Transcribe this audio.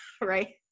right